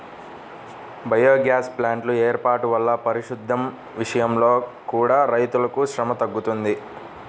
biogas ప్లాంట్ల వేర్పాటు వల్ల పారిశుద్దెం విషయంలో కూడా రైతులకు శ్రమ తగ్గుతుంది